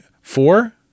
four